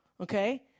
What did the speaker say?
okay